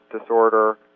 disorder